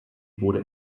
wurde